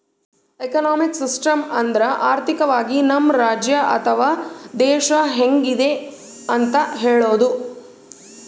economic system ಅಂದ್ರ ಆರ್ಥಿಕವಾಗಿ ನಮ್ ರಾಜ್ಯ ಅಥವಾ ದೇಶ ಹೆಂಗಿದೆ ಅಂತ ಹೇಳೋದು